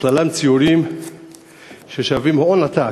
ובכללן ציורים ששווים הון עתק,